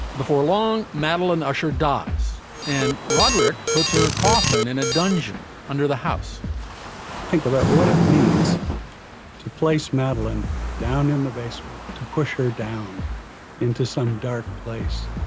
before long madeleine usher dies and roderick puts her coffin in a dungeon under the house think about what it means to place madeleine down in the basement to push her down into some dark place.